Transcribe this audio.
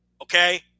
okay